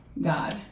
God